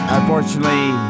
Unfortunately